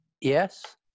Yes